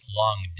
long